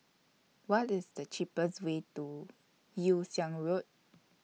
What IS The cheapest Way to Yew Siang Road